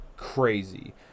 crazy